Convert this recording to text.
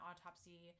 autopsy